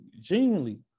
genuinely